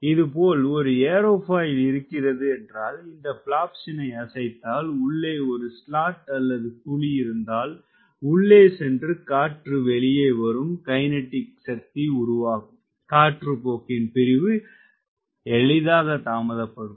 இது போல் ஒரு ஏரோபாயில் இருக்கிறது இந்த பிளாப்ஸினை அசைத்தால் உள்ளே ஒரு ஸ்லாட் அல்லது குழி இருந்தால் உள்ளே சென்று காற்று வெளியே வரும் கைனடிக் சக்தி உருவாகும் காற்றுப்போக்கின் பிரிவு தாமதமாக்கப்படும்